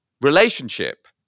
relationship